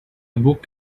booked